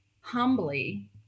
Humbly